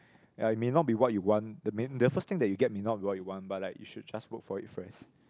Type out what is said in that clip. ya it may not be what you want the the first thing that you get may not be what you want but like you should just work for it first